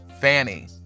Fanny